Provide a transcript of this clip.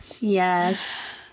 Yes